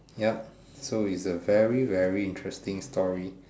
yup so it's a very very interesting story